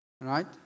right